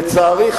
לצערי,